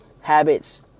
habits